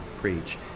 preach